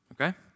Okay